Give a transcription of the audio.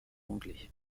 anglais